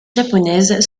japonaise